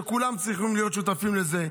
שכולם צריכים להיות שותפים לזה.